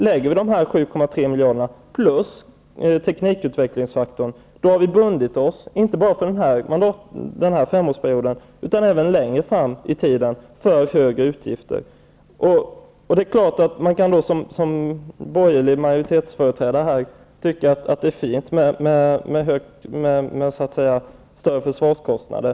Satsar vi dessa 7,3 miljarder, plus teknikutvecklingsfaktorn, har vi bundit oss för högre utgifter inte bara för denna femårsperiod utan även längre fram i tiden. Självfallet kan man som borgerlig majoritetsföreträdare tycka att det är fint med större försvarskostnader.